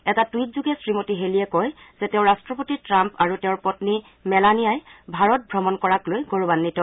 এটা টুইটযোগে শ্ৰীমতী হেলিয়ে কয় যে তেওঁ ৰাষ্ট্ৰপতি ট্ৰাম্প আৰু তেওঁৰ পশ্নী মেলেনিয়াই ভাৰত ভ্ৰমণ কৰাক লৈ গৌৰৱাঘিত